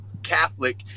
catholic